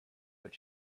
but